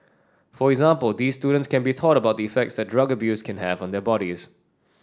for example these students can be taught about the effects that drug abuse can have on their bodies